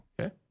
Okay